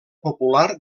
popular